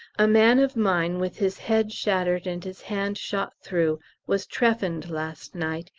a man of mine with his head shattered and his hand shot through was trephined last night,